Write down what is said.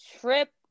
trip